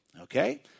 Okay